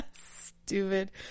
Stupid